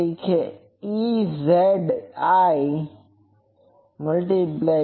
ત Eziz'